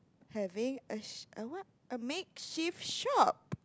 having a sh~ what a make shift shop